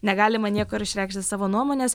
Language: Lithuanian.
negalima niekur išreikšti savo nuomonės